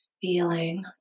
feeling